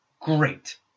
Great